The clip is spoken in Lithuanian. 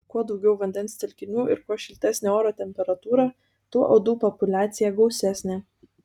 kuo daugiau vandens telkinių ir kuo šiltesnė oro temperatūra tuo uodų populiacija gausesnė